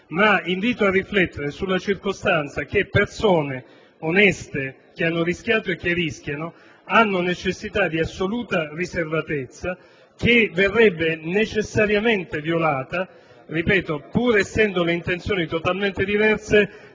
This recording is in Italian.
ma invito a riflettere sulla circostanza che persone oneste che hanno rischiato e che rischiano hanno necessità di assoluta riservatezza, che verrebbe necessariamente violata (ripeto, pur essendo le intenzioni totalmente diverse)